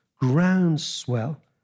groundswell